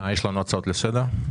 יש לנו הצעות לסדר?